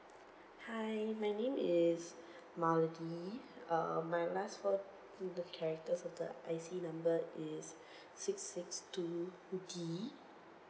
hi my name is malidee um my last four the characters of the I_C number is six six two D